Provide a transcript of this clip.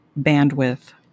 bandwidth